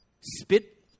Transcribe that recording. spit